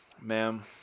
Ma'am